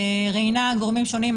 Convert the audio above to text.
ראיינה גורמים שונים.